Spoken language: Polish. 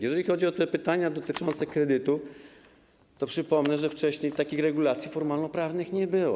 Jeżeli chodzi o pytania dotyczące kredytu, to przypomnę, że wcześniej takich regulacji formalnoprawnych nie było.